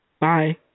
Bye